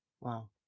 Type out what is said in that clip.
Wow